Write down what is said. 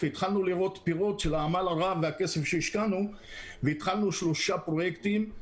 התחלנו לראות פירות של העמל הרב והכסף שהשקענו והתחלנו שלושה פרויקטים,